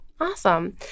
Awesome